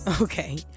Okay